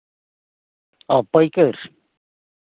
ᱚ ᱯᱟᱹᱭᱠᱟᱹᱨ